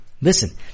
Listen